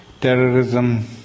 terrorism